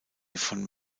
von